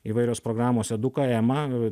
įvairios programos eduka ema